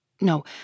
No